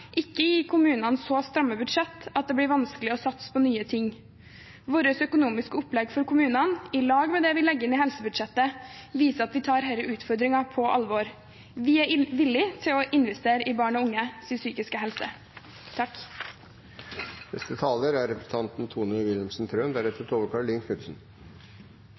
ikke gi kommunene så stramme budsjett at det blir vanskelig å satse på nye ting. Vårt økonomiske opplegg for kommunene, i lag med det vi legger inn i helsebudsjettet, viser at vi tar denne utfordringen på alvor. Vi er villige til å investere i barn og unges psykiske helse. Det har vært debatt om avviklingen av den såkalte diagnoselisten for fysioterapi, og det er